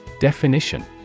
Definition